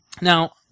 Now